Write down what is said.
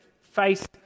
face